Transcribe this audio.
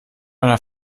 einer